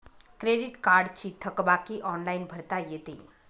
credit कार्डची थकबाकी online भरता येते